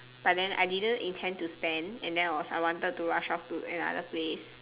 but then I didn't intend to spend and then I was I wanted to rush off to another place